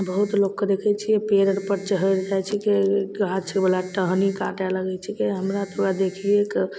आओर बहुत लोकके देखै छिए पेड़ आरपर चढ़ि जाइ छै केओ गाछवला टहनी काटै काटै लगै छिकै हमरा तऽ ओकरा देखिएके